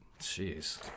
Jeez